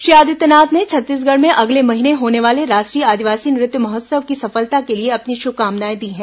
श्री आदित्यनाथ ने छत्तीसगढ़ में अगले महीने होने वाले राष्ट्रीय आदिवासी नृत्य महोत्सव की सफलता के लिए अपनी शुभकामनाएं दी हैं